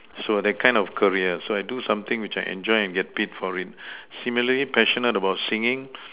so that kind of career so I do something which I enjoy and I get paid for it similarly passionate about singing